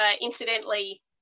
incidentally